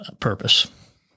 purpose